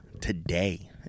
today